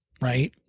right